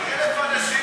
אדוני.